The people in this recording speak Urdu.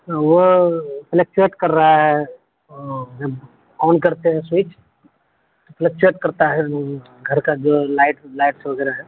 وہ پلک شاٹ کر رہا ہے جب آن کرتے ہیں سوئچ فلیکچوئٹ کرتا ہے روم گھر کا جو لائٹ لائٹس وغیرہ ہے